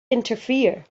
interfere